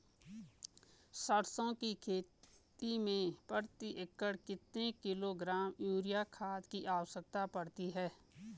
सरसों की खेती में प्रति एकड़ कितने किलोग्राम यूरिया खाद की आवश्यकता पड़ती है?